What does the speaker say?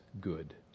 good